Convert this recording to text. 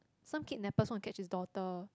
some kidnappers want to catch his daughter